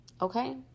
Okay